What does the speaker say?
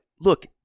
look